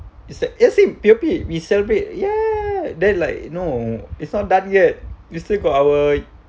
is that let say P_O_P we celebrate ya ya ya then like you know it's not done yet you still got our